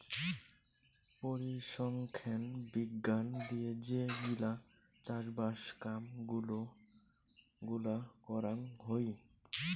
পরিসংখ্যান বিজ্ঞান দিয়ে যে গিলা চাষবাস কাম গুলা করাং হই